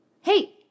Hey